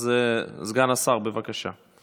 סגן השר, בבקשה.